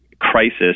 crisis